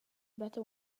better